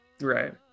right